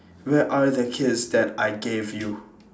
where are the keys that I gave you